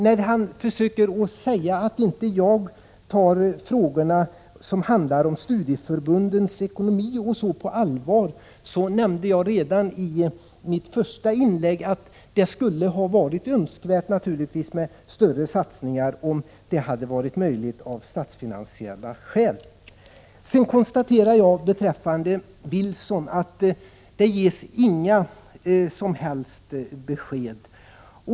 20 maj 1987 Han säger att jag inte tar frågorna om studieförbundens ekonomi på allvar, men jag nämnde redan i mitt första inlägg att det naturligtvis skulle ha varit önskvärt med större satsningar, om det hade varit möjligt av statsfinansiella skäl. Jag konstaterar att Wilson inte ger några som helst besked.